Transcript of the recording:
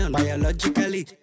biologically